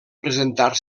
presentar